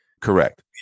Correct